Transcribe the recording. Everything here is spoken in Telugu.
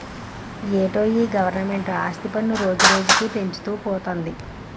ఏటో ఈ గవరమెంటు ఆస్తి పన్ను రోజురోజుకీ పెంచుతూ పోతంది